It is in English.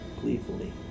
gleefully